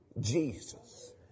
Jesus